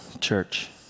church